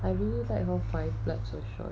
you know